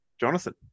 Jonathan